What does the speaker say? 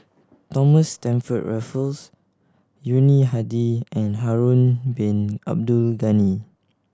Thomas Stamford Raffles Yuni Hadi and Harun Bin Abdul Ghani